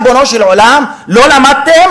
ריבונו של עולם, לא למדתם?